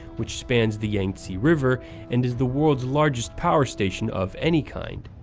which spans the yangtze river and is the world's largest power station of any kind.